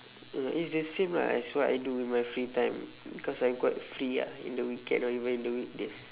mm it's the same lah as what I do with my free time because I'm quite free ah in the weekend or even in the weekdays